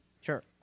Sure